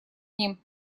ним